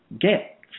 get